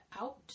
out